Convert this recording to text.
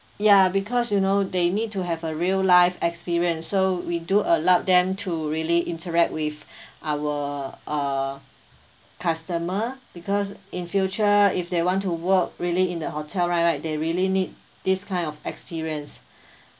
ya because you know they need to have a real life experience so we do allow them to really interact with our uh customer because in future if they want to work really in the hotel right right they really need this kind of experience